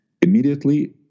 Immediately